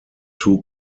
two